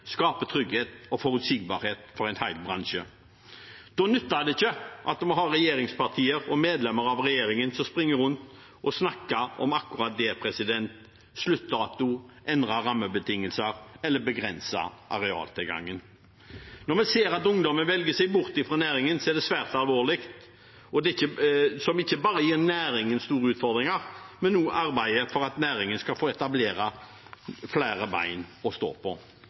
trygghet og forutsigbarhet for en hel bransje. Da nytter det ikke at vi har regjeringspartier og medlemmer av regjeringen som springer rundt og snakker om akkurat det – sluttdato, endrede rammebetingelser eller begrenset arealtilgang. Når vi ser at ungdommen velger seg bort fra næringen, er det svært alvorlig. Det gir ikke bare næringen store utfordringer, men også arbeidet for at næringen skal kunne etablere flere bein å stå på.